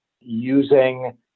using